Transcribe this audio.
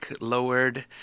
lowered